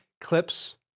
clips